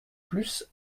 plus